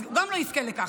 אז הוא גם לא יזכה לכך.